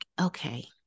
okay